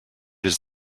his